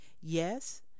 Yes